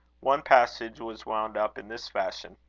one passage was wound up in this fashion